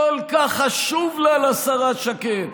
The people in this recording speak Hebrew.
כל כך חשוב לה, לשרה שקד,